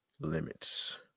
limits